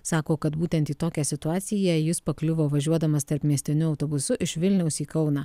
sako kad būtent į tokią situaciją jis pakliuvo važiuodamas tarpmiestiniu autobusu iš vilniaus į kauną